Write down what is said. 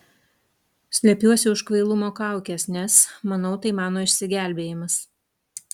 slepiuosi už kvailumo kaukės nes manau tai mano išsigelbėjimas